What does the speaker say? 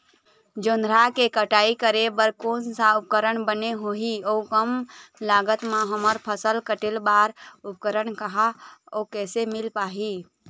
जोंधरा के कटाई करें बर कोन सा उपकरण बने होही अऊ कम लागत मा हमर फसल कटेल बार उपकरण कहा अउ कैसे मील पाही?